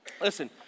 Listen